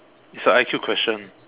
it's a I_Q question